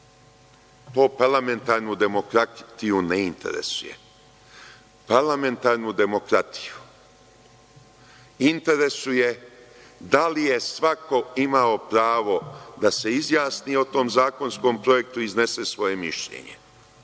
To parlamentarnu demokratiju ne interesuje. Parlamentarnu demokratiju interesuje da li je svako imao pravo da se izjasni o tom zakonskom projektu i iznese svoje mišljenje.